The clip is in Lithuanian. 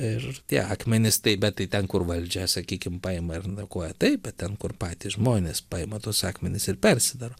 ir tie akmenys taip bet tai ten kur valdžia sakykim paima ir niokvoja taip bet ten kur patys žmonės paima tuos akmenis ir persidaro